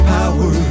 power